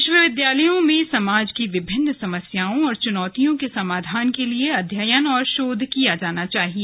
विश्वविद्यालयों में समाज की विभिन्न समस्याओं और चुनौतियों के समाधान के लिए अध्ययन और शोध किया जाना चाहिए